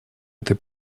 этой